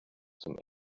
zum